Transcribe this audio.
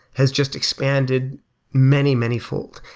has just expanded many, many fold.